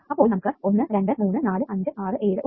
അപ്പോൾ നമുക്ക് 1 2 3 4 5 6 7 ഉണ്ട്